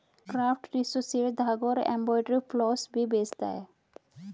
craft resources धागा और embroidery floss भी बेचता है